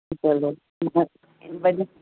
ਚਲੋ ਵਧ ਵਧੀਆ